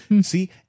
See